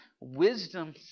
Wisdom